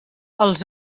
els